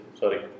Sorry